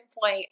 point